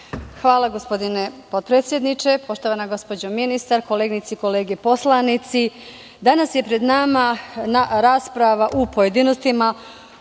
Hvala, gospodine potpredsedniče. Poštovana gospođo ministar, koleginice i kolege poslanici, danas je pred nama rasprava u pojedinostima